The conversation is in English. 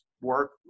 work